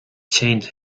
changed